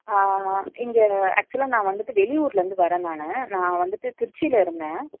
ஆ இங்கே ஆக்சுவலாக நான் வந்துட்டு வெளி ஊரிலருந்து வரேன் நான் நான் வந்துட்டு திருச்சியில் இருந்தேன்